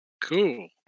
Cool